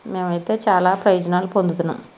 మేమైతే చాలా ప్రయోజనాలు పొందుతున్నాం